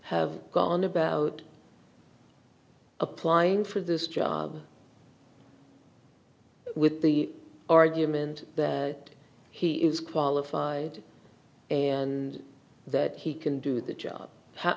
have gone about applying for this job with the argument that he is qualified and that he can do the job